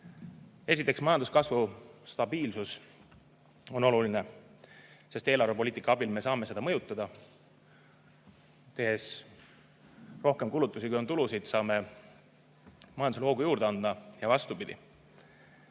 Esiteks, majanduskasvu stabiilsus on oluline ja eelarvepoliitika abil me saame seda mõjutada. Tehes rohkem kulutusi, kui on tulusid, saame majandusele hoogu juurde anda ja vastupidi.